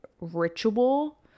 ritual